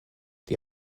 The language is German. die